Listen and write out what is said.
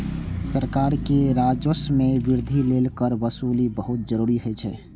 सरकार के राजस्व मे वृद्धि लेल कर वसूली बहुत जरूरी होइ छै